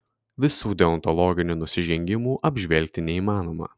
visų deontologinių nusižengimų apžvelgti neįmanoma